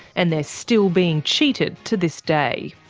and they're still being cheated to this day.